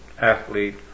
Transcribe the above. athlete